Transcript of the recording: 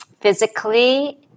physically